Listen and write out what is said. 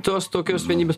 tos tokios vienybės